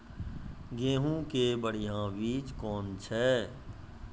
गेहूँ के बढ़िया बीज कौन छ?